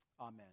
Amen